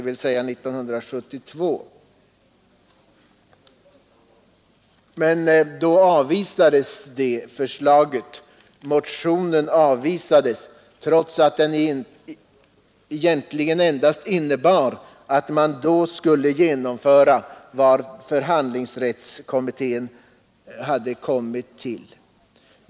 Motionen, som gick ut på att man skulle genomföra förhandlingsrättskommitténs förslag, avvisades.